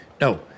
No